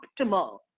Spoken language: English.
optimal